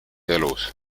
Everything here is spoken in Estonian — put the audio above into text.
elus